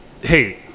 Hey